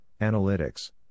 analytics